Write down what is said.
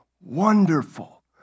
Wonderful